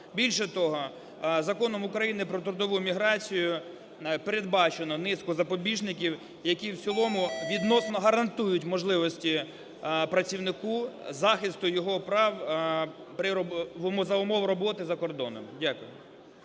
Більше того, Законом України про трудову міграцію передбачено низку запобіжників, які в цілому відносно гарантують можливості працівнику захист його прав за умов роботи за кордоном. Дякую.